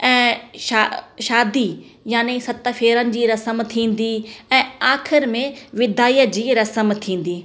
ऐं शा शादी यानी सत फेरनि जी रसम थींदी ऐं आख़िरि में विदाईअ जी रसम थींदी